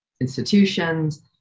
institutions